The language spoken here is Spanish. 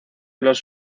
los